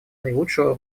наилучшего